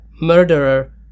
murderer